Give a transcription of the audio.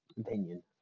Opinion